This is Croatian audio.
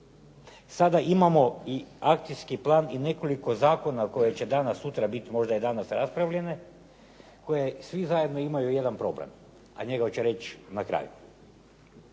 sada imamo i akcijski plan i nekoliko zakona koje će danas, sutra biti, možda i danas raspravljene, koje svi zajedno imaju jedan problem, a njega ću reći na kraju.